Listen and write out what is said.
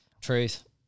Truth